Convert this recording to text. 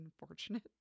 unfortunate